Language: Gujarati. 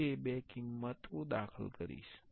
હું તે બે કિંમતો દાખલ કરીશ